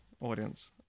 audience